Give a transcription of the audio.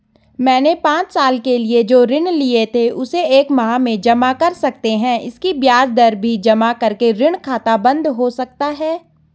मैंने पांच साल के लिए जो ऋण लिए थे उसे एक माह में जमा कर सकते हैं इसकी ब्याज दर भी जमा करके ऋण खाता बन्द हो सकता है?